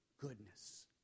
goodness